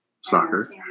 soccer